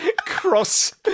cross